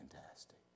fantastic